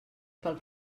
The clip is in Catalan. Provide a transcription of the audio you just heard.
pel